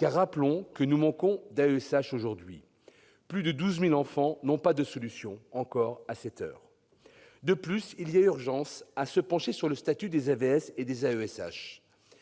Rappelons en effet que nous manquons d'AESH, plus de 12 000 enfants n'ayant pas de solution à cette heure. De plus, il y a urgence à se pencher sur le statut des AVS et des AESH.